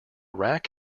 rack